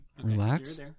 Relax